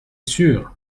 sûr